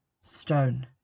Stone